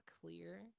clear